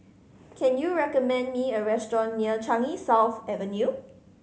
can you recommend me a restaurant near Changi South Avenue